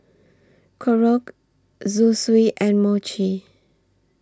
Korokke Zosui and Mochi